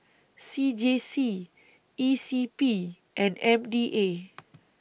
C J C E C P and M D A